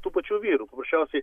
tų pačių vyrų paprasčiausiai